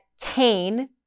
cain